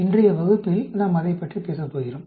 இன்றைய வகுப்பில் நாம் அதைப் பற்றி பேசப் போகிறோம்